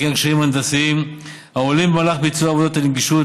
וכן קשיים הנדסיים העולים במהלך ביצוע עבודות הנגישות.